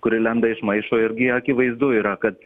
kuri lenda iš maišo irgi akivaizdu yra kad